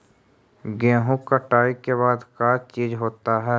गेहूं कटाई के बाद का चीज होता है?